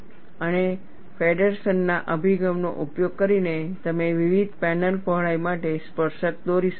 અને ફેડરસનના અભિગમનો ઉપયોગ કરીને તમે વિવિધ પેનલ પહોળાઈ માટે સ્પર્શક દોરી શકો છો